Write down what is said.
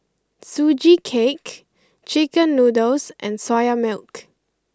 Sugee Cake Chicken Noodles and Soya Milk